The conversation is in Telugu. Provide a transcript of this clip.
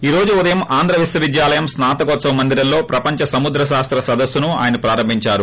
ఈ రోజు ఉదయం ఆంధ్ర విశ్వవిద్యాలయం స్పా తకోత్సవ మందిరంలో ప్రపంచ సముద్ర శాస్త సదస్పును ఆయన ప్రారంభించారు